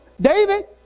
David